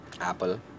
apple